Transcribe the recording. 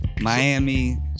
Miami